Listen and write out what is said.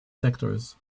sectors